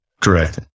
Correct